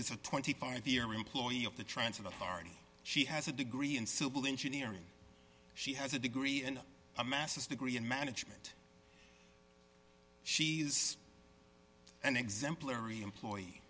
a twenty five year employee of the transit authority she has a degree in civil engineering she has a degree and a masters degree in management she is an exemplary employee